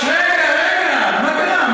רגע, רגע, מה קרה?